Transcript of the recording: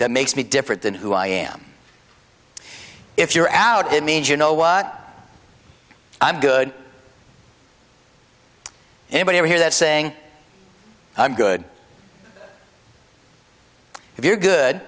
that makes me different than who i am if you're out it means you know what i'm good anybody ever hear that saying i'm good if you're good